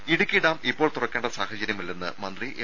രുമ ഇടുക്കി ഡാം ഇപ്പോൾ തുറക്കേണ്ട സാഹചര്യമില്ലെന്ന് മന്ത്രി എം